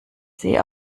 sie